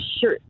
sure